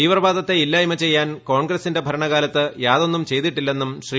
തീവ്രവാദത്തെ ഇല്ലായ്മ ചെയ്യാൻ കോൺഗ്രസിന്റെ ഭരണകാലത്ത് യാതൊന്നും ചെയ്തിട്ടില്ലെന്നും ശ്രീ